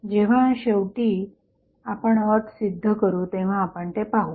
जेव्हा शेवटी आपण अट सिद्ध करू तेव्हा आपण ते पाहू